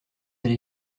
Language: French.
allé